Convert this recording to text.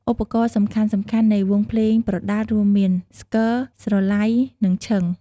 ឧបករណ៍សំខាន់ៗនៃវង់ភ្លេងប្រដាល់រួមមាន ស្គរ ស្រឡៃ និងឈិង។